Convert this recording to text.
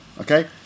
Okay